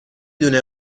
دونه